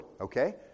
okay